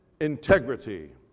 integrity